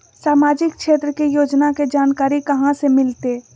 सामाजिक क्षेत्र के योजना के जानकारी कहाँ से मिलतै?